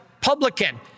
publican